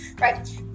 right